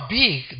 big